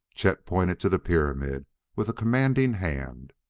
chet pointed to the pyramid with a commanding hand.